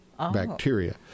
bacteria